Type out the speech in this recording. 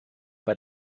bei